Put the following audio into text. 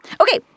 Okay